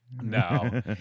No